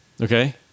Okay